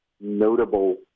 notable